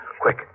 Quick